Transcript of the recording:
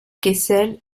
kessel